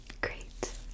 great